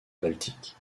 baltique